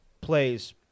Plays